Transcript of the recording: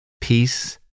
peace